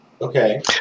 Okay